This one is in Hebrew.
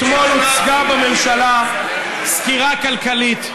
אתמול הוצגה בממשלה סקירה כלכלית,